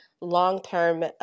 long-term